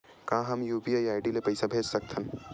का हम UPI ID ले पईसा भेज सकथन?